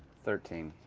thirteen.